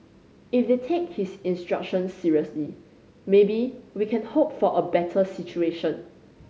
if they take his instructions seriously maybe we can hope for a better situation